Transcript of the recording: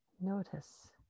Notice